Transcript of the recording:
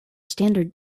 standard